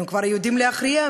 הם כבר יודעים להכריע,